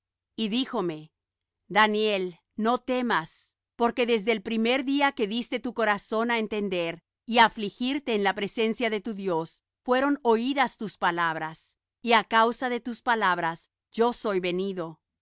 y díjome daniel no temas porque desde el primer día que diste tu corazón á entender y á afligirte en la presencia de tu dios fueron oídas tus palabras y á causa de tus palabras yo soy venido mas